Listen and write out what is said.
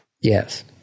Yes